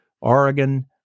Oregon